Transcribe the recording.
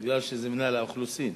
מפני שזה מינהל האוכלוסין.